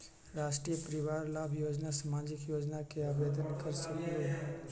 राष्ट्रीय परिवार लाभ योजना सामाजिक योजना है आवेदन कर सकलहु?